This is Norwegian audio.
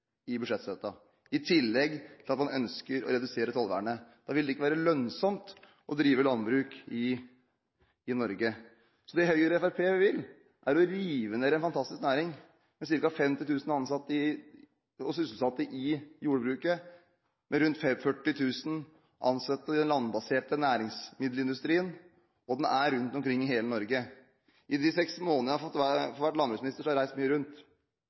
i budsjettstøtten, i tillegg til at man ønsker å redusere tollvernet. Da vil det ikke være lønnsomt å drive landbruk i Norge. Det Høyre og Fremskrittspartiet vil, er å rive ned en fantastisk næring med ca. 50 000 sysselsatte i jordbruket, med rundt 40 000 ansatte i den landbaserte næringsmiddelindustrien – og den er rundt omkring i hele Norge. I de seks månedene jeg har vært landbruksminister, har jeg reist mye rundt.